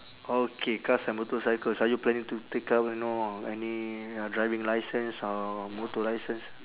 okay cars and motorcycles are you planning to take up you know any uh driving licence or motor licence